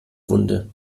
wunde